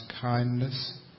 kindness